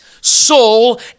soul